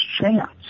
chance